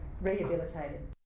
rehabilitated